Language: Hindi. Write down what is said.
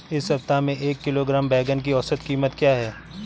इस सप्ताह में एक किलोग्राम बैंगन की औसत क़ीमत क्या है?